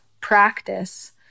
practice